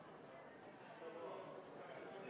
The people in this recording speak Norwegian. så